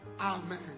Amen